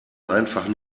einfach